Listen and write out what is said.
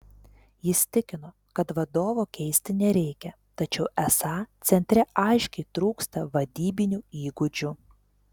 jis tikino kad vadovo keisti nereikia tačiau esą centre aiškiai trūksta vadybinių įgūdžių